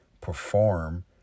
perform